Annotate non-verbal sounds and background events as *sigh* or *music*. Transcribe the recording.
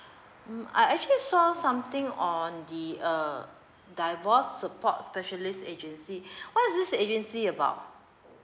mm I actually saw something on the uh divorce support specialist agency *breath* what's this agency about